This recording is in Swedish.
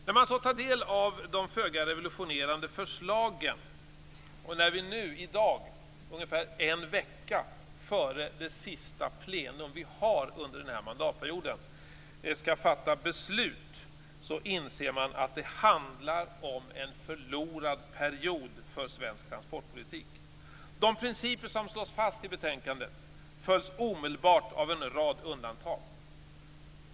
När man så tar del av de föga revolutionerande förslagen, och när vi i dag ungefär en vecka före sista plenum under denna mandatperiod skall fatta beslut, inser man att det handlar om en förlorad period för svensk transportpolitik. De principer som slås fast i betänkandet följs omedelbart av en rad undantag.